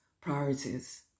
priorities